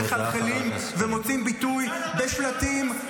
אני מגנה מכול וכול כל הסתה נגד ראש ממשלת ישראל.